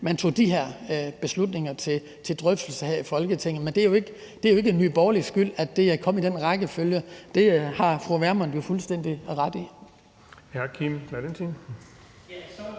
af de her drøftelser i Folketinget. Men det er jo ikke Nye Borgerliges skyld, at det er kommet i den rækkefølge; det har fru Pernille Vermund jo fuldstændig ret i.